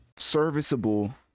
serviceable